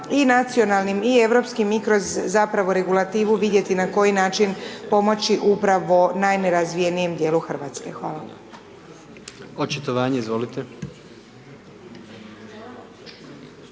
i nacionalnim i europskim i kroz zapravo regulativu vidjeti na koji način pomoći upravo najnerazvijenijem djelu Hrvatske. Hvala.